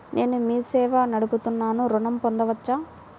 నేను మీ సేవా నడుపుతున్నాను ఋణం పొందవచ్చా?